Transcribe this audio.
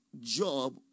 job